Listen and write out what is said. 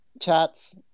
chats